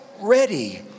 ready